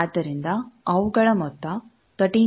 ಆದ್ದರಿಂದ ಅವುಗಳ ಮೊತ್ತ 13